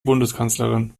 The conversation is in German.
bundeskanzlerin